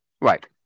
Right